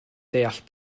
deall